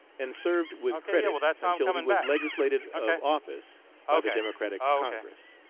and served with credit until he was legislated of office by the democratic congress.